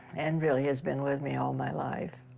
and really has been with me all my life,